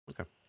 Okay